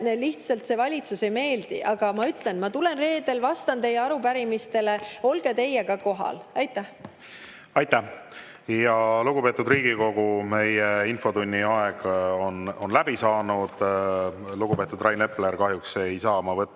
lihtsalt praegune valitsus ei meeldi. Aga ma ütlen: ma tulen reedel, vastan teie arupärimistele. Olge teie ka kohal. Aitäh! Lugupeetud Riigikogu, meie infotunni aeg on läbi saanud. Lugupeetud Rain Epler, kahjuks ei saa ma võtta